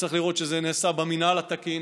וצריך לראות שזה נעשה במינהל התקין.